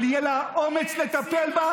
אבל היה לה האומץ לטפל בה,